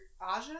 aja